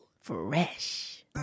fresh